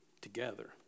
together